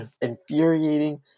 infuriating